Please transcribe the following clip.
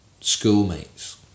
schoolmates